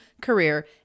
career